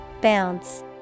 Bounce